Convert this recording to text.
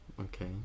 Okay